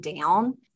down